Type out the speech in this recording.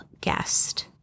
guest